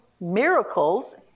miracles